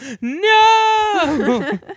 No